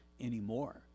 anymore